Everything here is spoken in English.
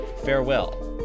Farewell